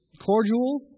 cordial